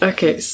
Okay